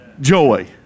Joy